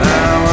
Now